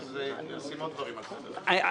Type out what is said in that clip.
או אז נשים עוד דברים על סדר היום.